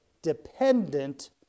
Dependent